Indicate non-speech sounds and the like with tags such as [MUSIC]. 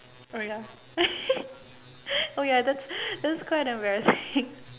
oh ya [LAUGHS] oh ya that's that's quite embarrassing [LAUGHS]